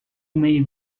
may